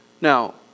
Now